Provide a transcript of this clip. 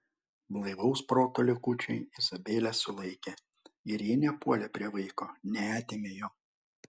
blaivaus proto likučiai izabelę sulaikė ir ji nepuolė prie vaiko neatėmė jo